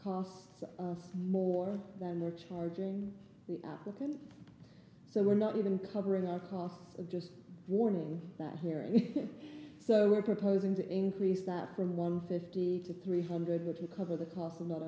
costs more than they're charging the applicant so we're not even covering our costs of just warming that here and so we're proposing to increase that from one fifty to three hundred which would cover the cost of not